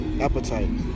appetite